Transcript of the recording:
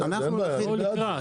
אין בעיה, ואני בעד זה.